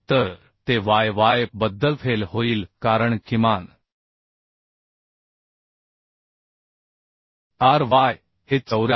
तर ते Yy बद्दलफेल होईल कारण किमान Ry हे 74